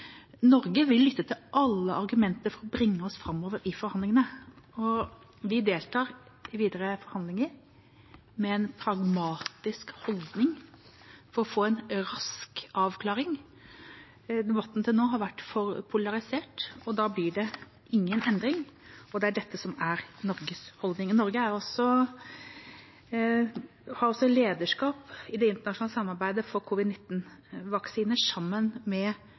Norge vil lytte til alle argumenter for å bringe oss framover i forhandlingene, og vi deltar i videre forhandlinger med en pragmatisk holdning for å få en rask avklaring. Debatten til nå har vært for polarisert, og da blir det ingen endring. Det er dette som er Norges holdning. Norge har også lederskap i det internasjonale samarbeidet for covid-19-vaksiner, sammen med